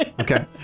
Okay